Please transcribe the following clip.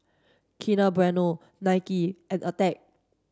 Kinder Bueno Nike and Attack